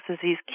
disease